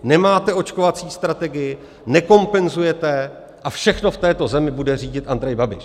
Nemáte očkovací strategii, nekompenzujete a všechno v této zemi bude řídit Andrej Babiš.